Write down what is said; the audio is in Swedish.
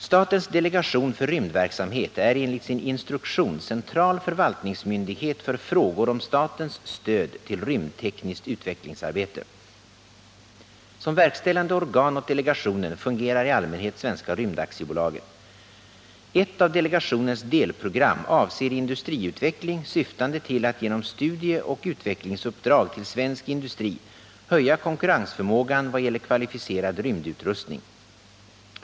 Statens delegation för rymdverksamhet är enligt sin instruktion central förvaltningsmyndighet för frågor om statens stöd till rymdtekniskt utvecklingsarbete. Som verkställande organ åt delegationen fungerar i allmänhet Svenska rymdaktiebolaget. Ett av delegationens delprogram avser industriutveckling syftande till att genom studieoch utvecklingsuppdrag till svensk industri höja konkurrensförmågan när det gäller kvalificerad rymdutrustning.